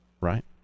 right